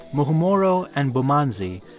muhumuro and bumanzi,